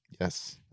yes